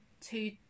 two